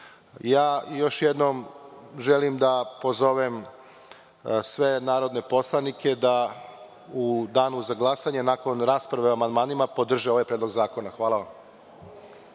jednim želim da pozovem sve narodne poslanike da u Danu za glasanje, nakon rasprave o amandmanima, podrže ovaj predlog zakona. Hvala vam.